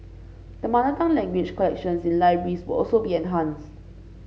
the mother tongue language collections in libraries will also be enhanced